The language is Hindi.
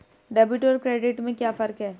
डेबिट और क्रेडिट में क्या फर्क है?